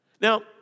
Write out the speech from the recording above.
Now